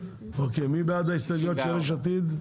מי בעד ההסתייגויות של יש עתיד?